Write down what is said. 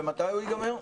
ומתי הוא יגמר?